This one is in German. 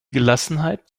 gelassenheit